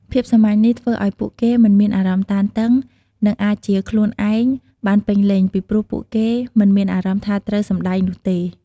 ភាពសាមញ្ញនេះ ធ្វើឲ្យពួកគេមិនមានអារម្មណ៍តានតឹង និងអាចជាខ្លួនឯងបានពេញលេញ ពីព្រោះពួកគេមិនមានអារម្មណ៍ថាត្រូវ 'សម្ដែង' នោះទេ។